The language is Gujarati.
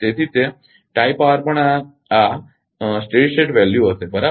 તેથી તે ટાઇ પાવર પણ આ સ્થિર સ્થિતી કિંમત હશે બરાબર